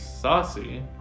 saucy